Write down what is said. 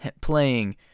playing